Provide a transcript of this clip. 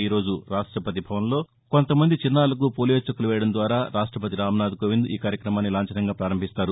ఈరోజు రాష్టపతి భవన్లో కొంతమంది చిన్నారులకు పోలియో చుక్కులు వేయడం ద్వారారాష్టపతి రామ్నాథ్ కోవింద్ ఈకార్యక్రమాన్ని లాంఛనంగా ప్రారంభిస్తారు